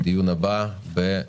הישיבה נעולה.